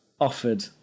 offered